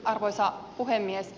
arvoisa puhemies